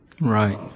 Right